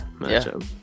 matchup